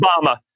Obama